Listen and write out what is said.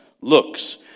looks